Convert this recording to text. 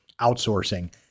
outsourcing